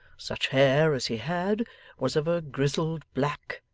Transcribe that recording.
such hair as he had was of a grizzled black,